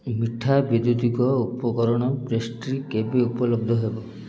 ମିଠା ବୈଦ୍ୟୁତିକ ଉପକରଣ ପେଷ୍ଟ୍ରି କେବେ ଉପଲବ୍ଧ ହେବ